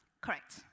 Correct